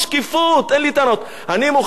אני מוכן להיות אחד ל-15.